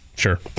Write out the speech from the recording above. Sure